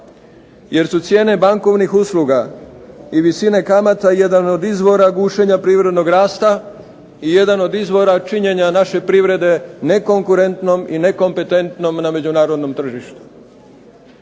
jer su cijene bankovnih usluga i visine kamata jedan od izvora gušenja privrednog rasta i jedan od izvora činjenja naše privrede nekonkurentnom i nekompetentnom na međunarodnom tržištu.